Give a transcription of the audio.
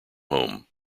home